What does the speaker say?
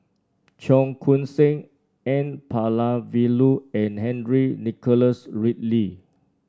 Cheong Koon Seng N Palanivelu and Henry Nicholas Ridley